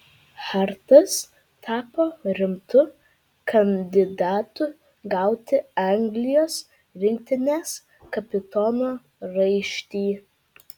hartas tapo rimtu kandidatu gauti anglijos rinktinės kapitono raištį